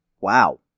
Wow